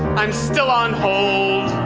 i'm still on hold.